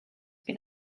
been